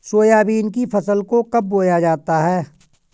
Soybean की फसल को कब बोया जाता है?